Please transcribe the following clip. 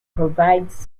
provides